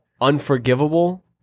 unforgivable